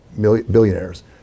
billionaires